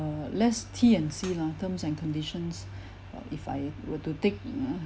err less T and C lah terms and conditions uh if I were to take